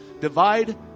Divide